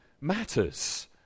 matters